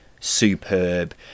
superb